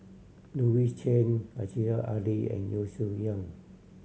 Louis Chen Aziza Ali and Yeo Shih Yun